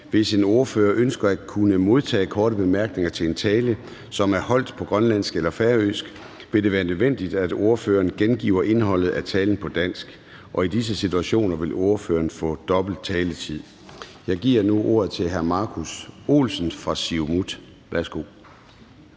Hvis en ordfører ønsker at kunne modtage korte bemærkninger til en tale, som er holdt på grønlandsk eller færøsk, vil det være nødvendigt, at ordføreren gengiver indholdet af talen på dansk, og i disse situationer vil ordføreren få dobbelt taletid. Jeg giver nu ordet til hr. Markus E. Olsen fra Siumut. Værsgo.